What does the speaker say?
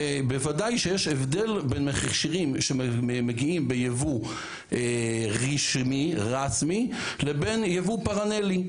בוודאי שיש הבדל בין מכשירים שמגיעים בייבוא רשמי לבין ייבוא פרללי.